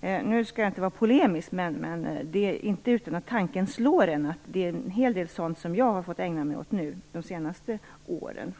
Nu skall jag inte vara polemisk, men tanken slår mig att jag har fått ägna mig åt en hel del sådana här saker de senaste åren.